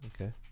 okay